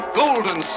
golden